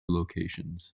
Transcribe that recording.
locations